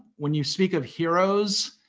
when you speak of heroes,